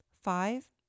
Five